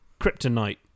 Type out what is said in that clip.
kryptonite